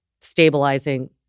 stabilizing